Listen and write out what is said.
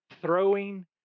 throwing